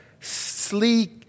sleek